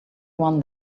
one